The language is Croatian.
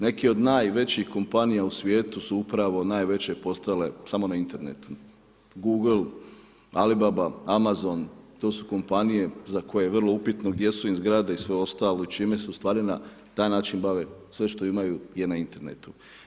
Neki od najvećih kompanija u svijetu su upravo najveće postale samo na internetu, Google, Alibaba, Amazon, to su kompanije za koje vrlo upitno gdje su im zgrade i sve ostalo čime su ostvarena, na taj način bave, sve što imaju je na internetu.